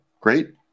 great